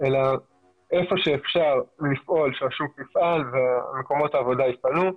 אלא איפה שאפשר לפעול שהשוק יפעל ומקומות העבודה יפעלו,